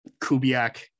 Kubiak